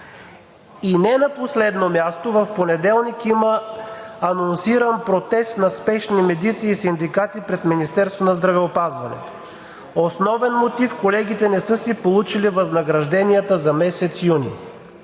И не на последно място в понеделник има анонсиран протест на спешни медици и синдикати пред Министерството на здравеопазването. Основен мотив – колегите не са си получили възнагражденията за месец юни.